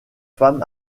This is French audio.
femme